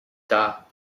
dar